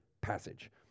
passage